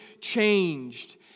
changed